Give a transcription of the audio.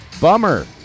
bummer